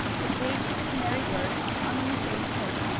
the cage with the canary-bird hung in the same place.